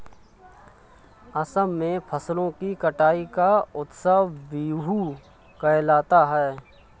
असम में फसलों की कटाई का उत्सव बीहू कहलाता है